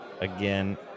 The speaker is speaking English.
Again